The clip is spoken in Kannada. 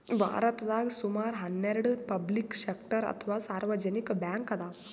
ಭಾರತದಾಗ್ ಸುಮಾರ್ ಹನ್ನೆರಡ್ ಪಬ್ಲಿಕ್ ಸೆಕ್ಟರ್ ಅಥವಾ ಸಾರ್ವಜನಿಕ್ ಬ್ಯಾಂಕ್ ಅದಾವ್